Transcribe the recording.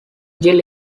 gil